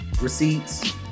receipts